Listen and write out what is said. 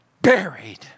Buried